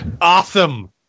Awesome